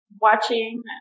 watching